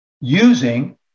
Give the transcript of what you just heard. using